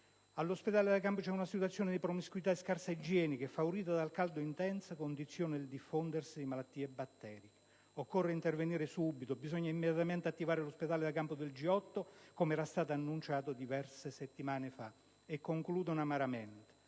all'ospedale da campo c'è una «situazione di promiscuità e scarsa igiene» che, favorita dal caldo intenso, «condiziona il diffondersi di malattie batteriche». «Occorre intervenire subito. Bisogna immediatamente attivare l'ospedale da campo del G8, come era stato annunciato diverse settimane fa». E concludono amaramente: